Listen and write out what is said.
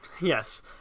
yes